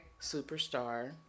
Superstar